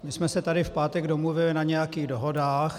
My jsme se tady v pátek domluvili na nějakých dohodách.